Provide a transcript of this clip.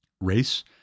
race